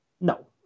No